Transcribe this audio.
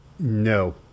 No